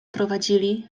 prowadzili